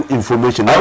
information